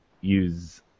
use